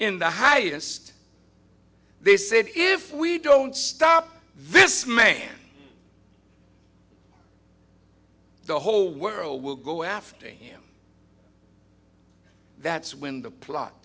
in the highest they said if we don't stop this man the whole world will go after him that's when the plot